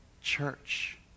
church